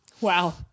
Wow